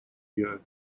year